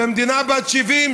במדינה בת 70,